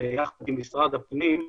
וביחד עם משרד הפנים,